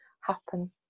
happen